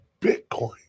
Bitcoin